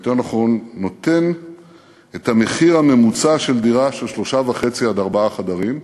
יותר נכון נותן את המחיר הממוצע של דירת שלושה וחצי עד ארבעה חדרים.